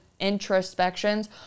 introspections